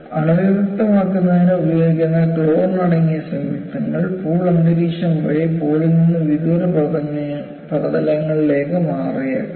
അണുവിമുക്തമാക്കുന്നതിന് ഉപയോഗിക്കുന്ന ക്ലോറിൻ അടങ്ങിയ സംയുക്തങ്ങൾ പൂൾ അന്തരീക്ഷം വഴി പൂളിൽ നിന്ന് വിദൂര പ്രതലങ്ങളിലേക്ക് മാറാം